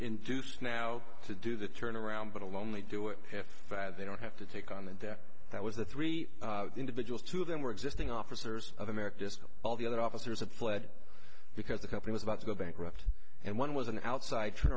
induced now to do the turnaround but a lonely do it if they don't have to take on the debt that was the three individuals two of them were existing officers of america still all the other officers had fled because the company was about to go bankrupt and one was an outside turn